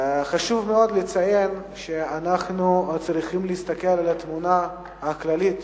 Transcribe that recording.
חשוב מאוד לציין שאנחנו צריכים להסתכל על התמונה הכללית,